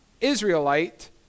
Israelite